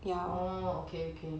oh okay okay